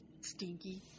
Stinky